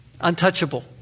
untouchable